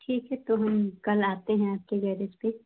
ठीक है तो हम कल आते है आपके गैरेज पर